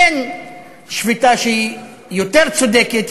אין שביתה שהיא יותר צודקת,